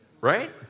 right